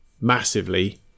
massively